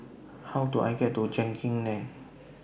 How Do I get to Genting Lane